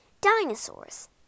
Dinosaurs